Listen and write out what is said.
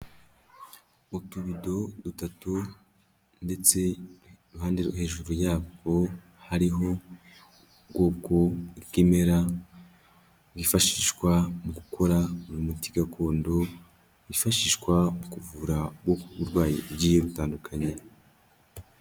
Utubido dutatu ndetse iruhande hejuru yabwo hariho ubwoko bw'ibimera bwifashishwa mu gukora uyu muti gakondo, wifashishwa mu kuvura ubu burwayi bugiye butandukanye.